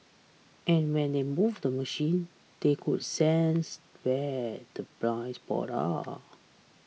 and when they move the machine they could sense where the blind spots are